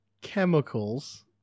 chemicals